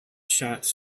shots